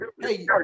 Hey